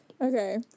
Okay